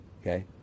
okay